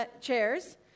Chairs